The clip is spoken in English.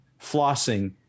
flossing